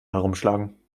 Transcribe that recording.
herumschlagen